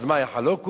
אז מה, יחלוקו?